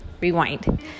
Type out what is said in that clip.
Rewind